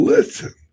Listen